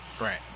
Right